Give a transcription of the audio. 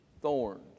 thorns